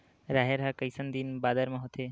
राहेर ह कइसन दिन बादर म होथे?